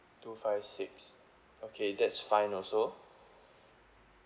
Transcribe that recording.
two five six okay that's fine also